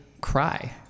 cry